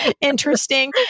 interesting